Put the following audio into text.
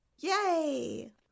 Yay